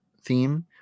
theme